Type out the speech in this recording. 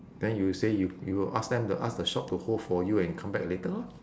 then you say you you will ask them to ask the shop to hold for you and come back later lor